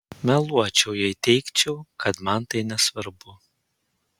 meluočiau jei teigčiau kad man tai nesvarbu